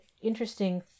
interesting